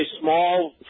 small